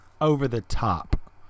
over-the-top